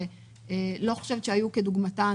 שלא היו כדוגמתן,